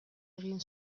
egin